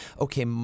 okay